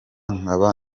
nkaba